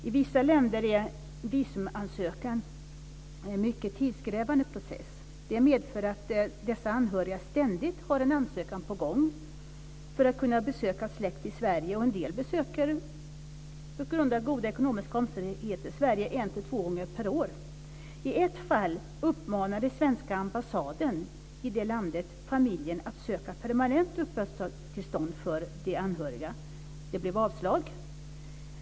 I vissa länder är en visumansökan en mycket tidskrävande process. Det medför att dessa anhöriga ständigt har en ansökan på gång för att kunna besöka släkt i Sverige, och en del besöker på grund av goda ekonomiska omständigheter Sverige en och två gånger per år. I ett fall uppmanade svenska ambassaden i det landet familjen att söka permanent uppehållstillstånd för de anhöriga. Det blev avslag.